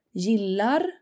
gillar